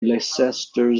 leicester